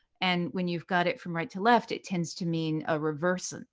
and when you've got it from right to left, it tends to mean a reverse. and